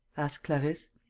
asked clarisse.